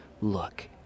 look